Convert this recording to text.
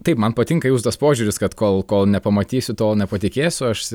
taip man patinka jūsų tas požiūris kad kol kol nepamatysiu tol nepatikėsiu aš